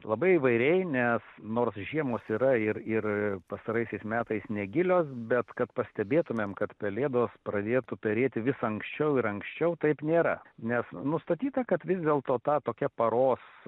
labai įvairiai nes nors žiemos yra ir ir pastaraisiais metais negilios bet kad pastebėtumėm kad pelėdos pradėtų perėti vis anksčiau ir anksčiau taip nėra nes nustatyta kad vis dėlto ta tokia paros